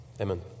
Amen